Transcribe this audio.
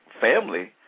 Family